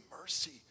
mercy